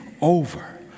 over